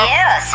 Yes